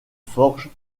forges